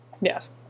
Yes